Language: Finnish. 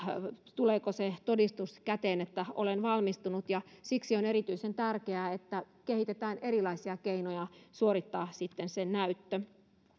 tuleeko se todistus käteen että olen valmistunut siksi on erityisen tärkeää että kehitetään erilaisia keinoja suorittaa sitten se näyttö